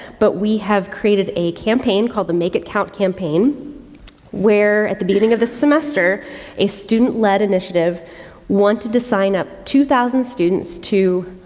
but we have created a campaign called the make it count campaign where at the beginning of the semester a student led initiative wanted to sign up two thousand students to,